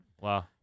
Wow